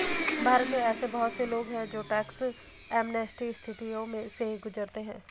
भारत में ऐसे बहुत से लोग हैं जो टैक्स एमनेस्टी स्थितियों से गुजरते हैं